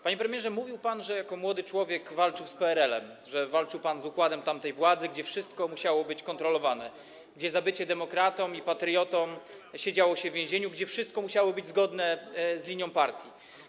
Panie premierze, mówił pan, że jako młody człowiek walczył pan z PRL-em, że walczył pan z układem tamtej władzy, gdzie wszystko musiało być kontrolowane, gdzie za bycie demokratą i patriotą siedziało się w więzieniu, gdzie wszystko musiało być zgodne z linią partii.